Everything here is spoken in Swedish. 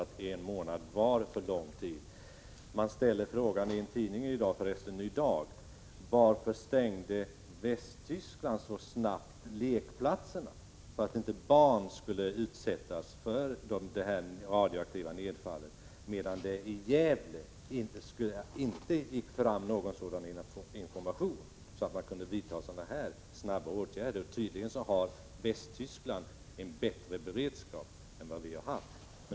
I en tidning i dag — det är för resten i Ny Dag — ställer man frågan: Varför stängde Västtyskland så snabbt lekplatser för att inte barn skulle utsättas för radioaktivt nedfall, medan det i Gävle inte gick fram någon information så att man kunde vidta åtgärder? Tydligen har Västtyskland en bättre beredskap än vad vi har haft.